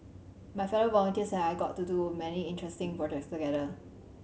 my fellow volunteers and I got to do many interesting projects together